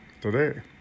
today